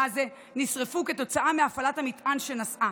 הזה נשרפו כתוצאה מהפעלת המטען שנשאה,